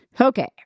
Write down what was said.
Okay